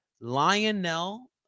Lionel